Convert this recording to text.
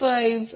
j2